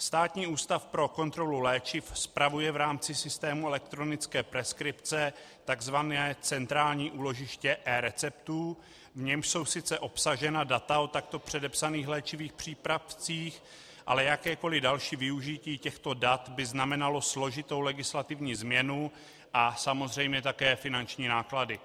Státní ústav pro kontrolu léčiv spravuje v rámci systému elektronické preskripce takzvané centrální úložiště ereceptů, v němž jsou sice obsažena data o takto předepsaných léčivých přípravcích, ale jakékoli další využití těchto dat by znamenalo složitou legislativní změnu a samozřejmě také finanční náklady.